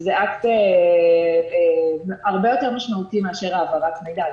זה אקט הרבה יותר משמעותי מאשר העברת מידע.